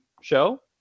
show